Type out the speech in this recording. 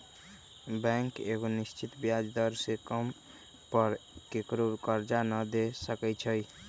bank एगो निश्चित ब्याज दर से कम पर केकरो करजा न दे सकै छइ